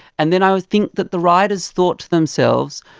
and then i would think that the writers thought to themselves,